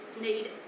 need